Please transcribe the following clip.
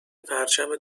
پرچم